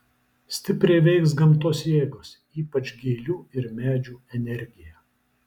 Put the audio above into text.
stipriai veiks gamtos jėgos ypač gėlių ir medžių energija